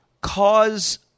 cause